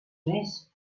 més